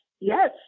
Yes